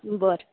बर